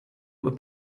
would